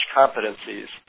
competencies